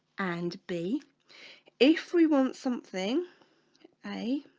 and b if we want something a